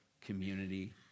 community